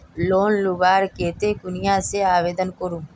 Loan लुबार केते कुनियाँ से आवेदन करूम?